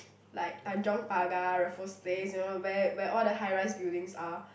like Tanjong-Pagar Raffles-Place you know where where all the high-rise buildings are